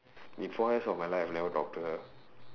in four years of my life I've never talked to her